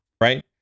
Right